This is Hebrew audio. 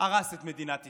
הרס את מדינת ישראל.